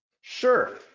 Sure